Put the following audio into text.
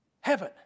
Heaven